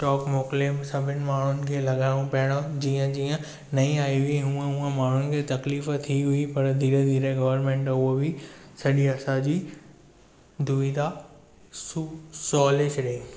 stock मोकिले सभिनि माण्हुनि खे लॻायऊं पहिरियों जीअं जीअं नई आई हुई हूअं हूअं माण्हुनि खे तकलीफ़ थी हुई पर धीरे धीरे गर्वमेन्ट हूअ बि सॼी असांजी दुविधा सु सवले छॾियईं